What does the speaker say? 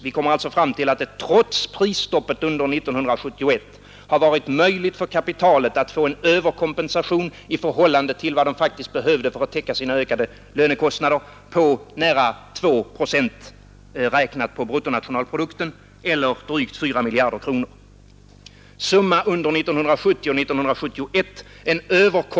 Vi kommer alltså fram till att det trots prisstoppet under år 1971 har varit möjligt för kapitalet att få en överkompensation, i förhållande till vad man faktiskt behövde för att täcka sina ökade lönekostnader, på nära 2 procent, räknat på bruttonationalprodukten, eller drygt 4 miljarder kronor.